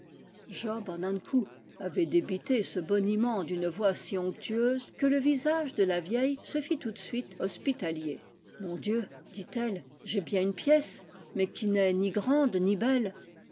job an ankou avait débité ce boniment d'une voix si onc tueuse que le visage de la vieille se fit tout de suite hospi talier mon dieu dit-elle j'ai bien une pièce mais qui n'est ni grande ni belle